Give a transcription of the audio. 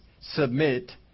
submit